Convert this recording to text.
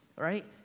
right